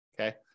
okay